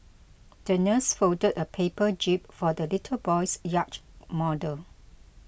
the nurse folded a paper jib for the little boy's yacht model